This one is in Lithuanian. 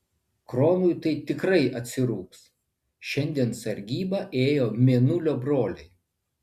kronui tai tikrai atsirūgs šiandien sargybą ėjo mėnulio broliai